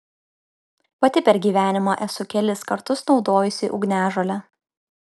pati per gyvenimą esu kelis kartus naudojusi ugniažolę